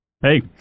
Hey